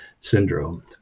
syndrome